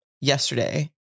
yesterday